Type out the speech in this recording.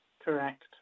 correct